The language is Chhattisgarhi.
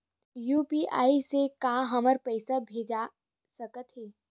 यू.पी.आई से का हमर पईसा भेजा सकत हे?